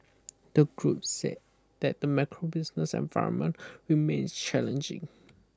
the group said that the macro business environment remains challenging